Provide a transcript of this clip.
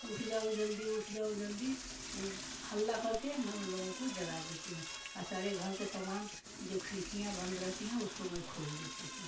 उठ जाओ जल्दी उठ जाओ जल्दी ऊ हल्ला करके मैं उन लोगों को जगा देती हूँ और सारे घरके तमाम जी खिड़कियाँ बंद रहती हैं उसको मैं खोल देती हूँ